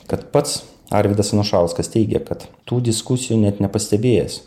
kad pats arvydas anušauskas teigia kad tų diskusijų net nepastebėjęs